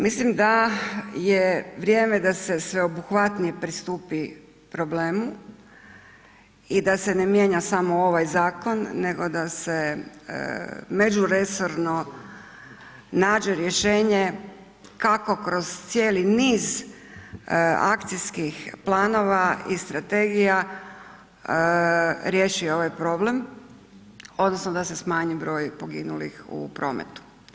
Mislim da je vrijeme da se sveobuhvatnije pristupi problemu i da se ne mijenja samo ovaj zakon, nego da se međuresorno nađe rješenje kako kroz cijeli niz akcijskih planova i strategija, riješi ovaj problem odnosno da se smanji broj poginulih u prometu.